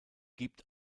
gibt